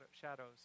shadows